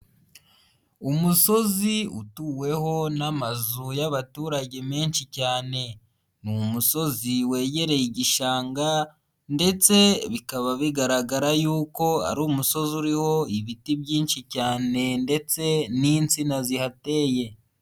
Umusozi utuweho n'amazu y'abaturage menshi cyane, ni umusozi wegereye igishanga ndetse bikaba bigaragara yuko ari umusozi uriho ibiti byinshi cyane ndetse n'insina zihateye.